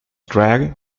dragged